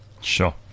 sure